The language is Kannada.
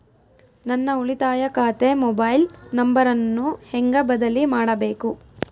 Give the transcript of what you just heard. ನನ್ನ ಉಳಿತಾಯ ಖಾತೆ ಮೊಬೈಲ್ ನಂಬರನ್ನು ಹೆಂಗ ಬದಲಿ ಮಾಡಬೇಕು?